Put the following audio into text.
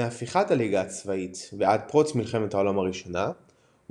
מהפיכת הליגה הצבאית ועד פרוץ מלחמת העולם השנייה